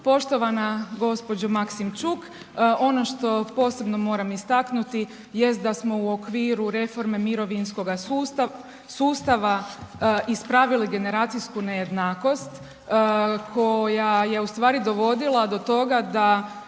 Poštovana gospođo Maksimčuk, ono što posebno moram istaknuti jest da smo u okviru reforme mirovinskoga sustava ispravili generacijsku nejednakost koja je ustvari dovodila do toga da